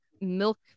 milk